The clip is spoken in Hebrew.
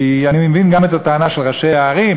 כי אני מבין גם את הטענה של ראשי הערים,